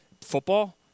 football